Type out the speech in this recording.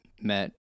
met